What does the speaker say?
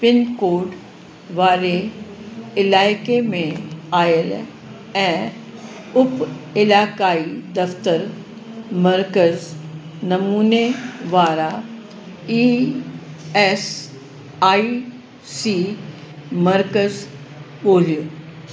pin code वारे इलाइक़े में आयल ऐं उप इलाक़ाई दफ़्तर मर्कज़ नमूने वारा ई एस आई सी मर्कज़ ॻोल्हियो